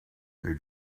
they